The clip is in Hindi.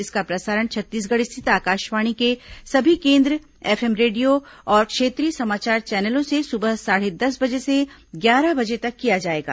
इसका प्रसारण छत्तीसगढ़ स्थित आकाशवाणी के सभी केंद्र एफएम रेडियो और क्षेत्रीय समाचार चैनलों से सुबह साढ़े दस बजे से ग्यारह बजे तक किया जाएगा